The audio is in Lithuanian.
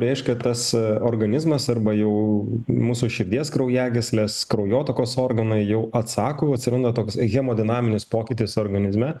reiškia tas organizmas arba jau mūsų širdies kraujagyslės kraujotakos organai jau atsako atsiranda toks hemodinaminis pokytis organizme